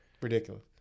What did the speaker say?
ridiculous